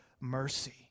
mercy